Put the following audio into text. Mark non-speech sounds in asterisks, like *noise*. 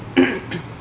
*coughs*